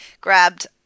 grabbed